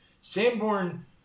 Sanborn